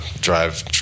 drive